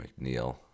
McNeil